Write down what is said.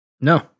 No